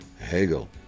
Hegel